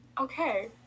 Okay